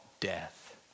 death